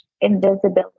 invisibility